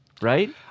right